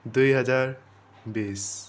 दुइ हजार बिस